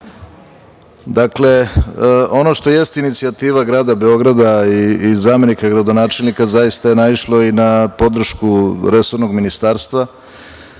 formi. Dakle, ono što jeste inicijativa grada Beograda i zamenika gradonačelnika zaista je naišlo i na podršku resornog ministarstva,